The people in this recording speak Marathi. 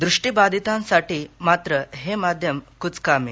दृष्टी बाधितांसाठी मात्र हे माध्यम कुचकामी